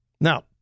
Now